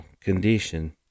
condition